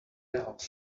else